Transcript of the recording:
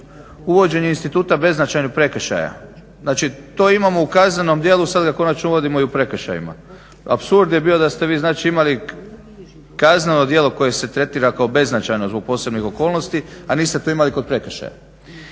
uvođenje instituta beznačajnog prekršaja. Znači, to imamo u kaznenom djelu sad ga konačno uvodimo i u prekršajima. Apsurd je bio da ste vi znači imali kazneno djelo koje se tretira kao beznačajno zbog posebnih okolnosti, a niste to imali kod prekršaja.